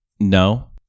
No